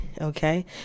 Okay